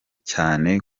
cyane